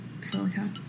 silica